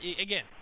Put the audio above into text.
Again